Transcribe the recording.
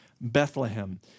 Bethlehem